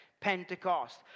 Pentecost